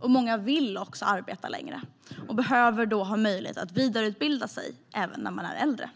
och många vill också arbeta längre och behöver då ha möjlighet att vidareutbilda sig även när man är äldre.